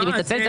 אני מתנצלת.